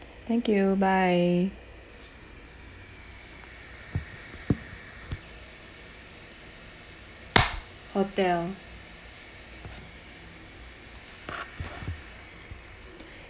thank you bye hotel